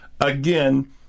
again